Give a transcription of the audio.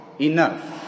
enough